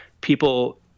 people